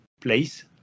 place